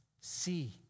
see